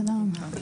תודה רבה.